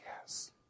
Yes